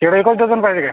तेवढे एकच डझन पाहिजे काय